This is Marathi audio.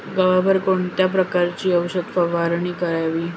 गव्हावर कोणत्या प्रकारची औषध फवारणी करावी?